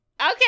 okay